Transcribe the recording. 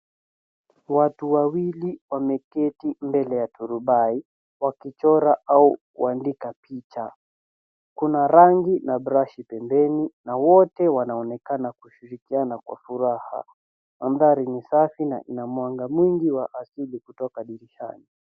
Watu wawili wameketi mbele ya turubai wakichora au kuandika picha, kuna rangi na brashi mbeleni na wote wanaonekana kushirikiana kwa furaha, mandhari ni safi na ina mwanga mwingi wa asili kutoka dirishani.